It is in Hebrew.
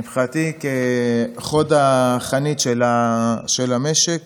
מבחינתי, כחוד החנית של המשק.